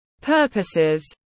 purposes